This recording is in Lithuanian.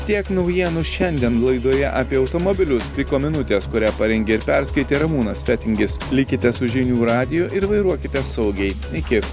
tiek naujienų šiandien laidoje apie automobilius piko minutės kurią parengė ir perskaitė ramūnas fetingis likite su žinių radiju ir vairuokite saugiai iki